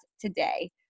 today